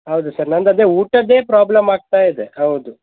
ಹೌದು ಸರ್ ನಮ್ದು ಅದೇ ಊಟದ್ದೇ ಪ್ರಾಬ್ಲಮ್ ಆಗ್ತಾ ಇದೆ ಹೌದು